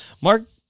Mark